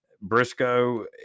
Briscoe